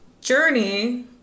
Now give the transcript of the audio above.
journey